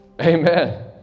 Amen